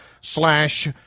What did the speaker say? slash